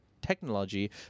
Technology